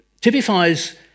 typifies